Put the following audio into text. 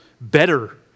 better